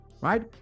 right